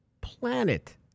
planet